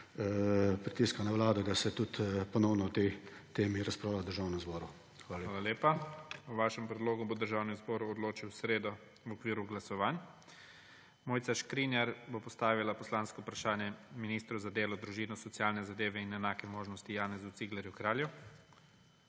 pritiska na vlado, da se ponovno o tej temi razpravlja v Državnem zboru. Hvala lepa. PREDSEDNIK IGOR ZORČIČ: Hvala lepa. O vašem predlogu bo Državni zbor odločil v sredo v okviru glasovanj. Mojca Škrinjar bo postavila poslansko vprašanje ministru za delo, družino, socialne zadeve in enake možnosti Janezu Ciglerju Kralju.